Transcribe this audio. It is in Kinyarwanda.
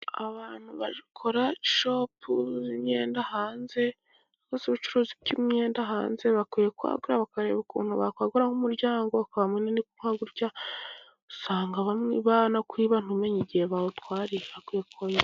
Abantu bakora shopu y'imyenda hanze, cyangwa se y'ubucuruzi bw'imyenda hanze, bakwiye kwagura bakareba ukuntu bakwagura nk'umuryango, ukaba munini kuko gutya, usanga banakwiba, ntumenye igihe bawutwariye...